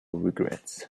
regrets